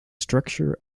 structure